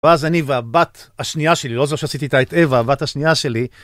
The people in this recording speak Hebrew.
ואז אני והבת השנייה שלי, לא זו שעשיתי איתה את אווה, הבת השנייה שלי.